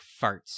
Farts